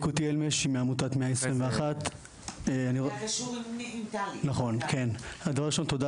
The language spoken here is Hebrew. יקותיאל מעמותת 121. דבר ראשון תודה